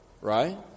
right